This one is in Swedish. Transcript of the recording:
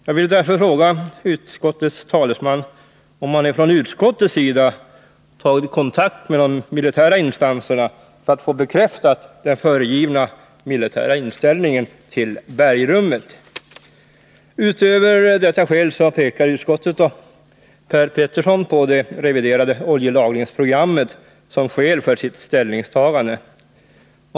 Jag vill därför fråga utskottets talesman om man från utskottets sida tagit kontakt med de militära instanserna för att få den föregivna militära inställningen till bergrummet bekräftad. Utöver detta skäl pekar utskottet och Per Petersson på det reviderade oljelagringsprogrammet som orsak till sitt ställningstagande.